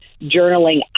journaling